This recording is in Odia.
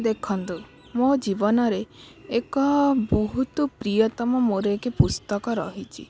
ଦେଖନ୍ତୁ ମୋ ଜୀବନରେ ଏକ ବହୁତ ପ୍ରିୟତମ ମୋର ଏକେ ପୁସ୍ତକ ରହିଛି